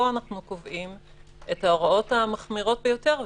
אנחנו קובעים את ההוראות המחמירות ביותר.